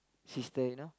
sister you know